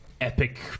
epic